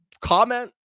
comment